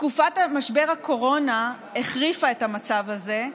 תקופת משבר הקורונה החריפה את המצב הזה.